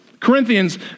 Corinthians